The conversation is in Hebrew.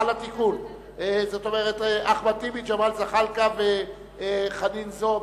ג'מאל זחאלקה וחנין זועבי.